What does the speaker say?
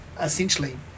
essentially